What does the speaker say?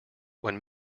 when